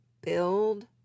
build